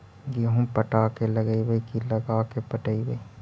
गेहूं पटा के लगइबै की लगा के पटइबै?